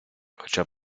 хоча